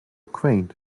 quaint